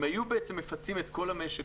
אם היו מפצים את כל המשק,